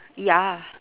ya